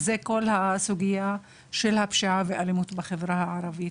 היא סוגיית האלימות והפשיעה בחברה הערבית.